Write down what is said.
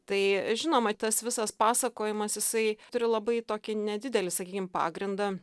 tai žinoma tas visas pasakojimas jisai turi labai tokį nedidelį sakykim pagrindą